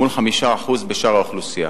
מול 5% בשאר האוכלוסייה.